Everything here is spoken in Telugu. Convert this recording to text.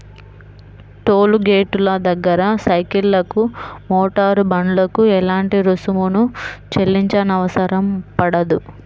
టోలు గేటుల దగ్గర సైకిళ్లకు, మోటారు బండ్లకు ఎలాంటి రుసుమును చెల్లించనవసరం పడదు